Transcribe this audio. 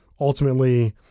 ultimately